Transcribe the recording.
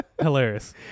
hilarious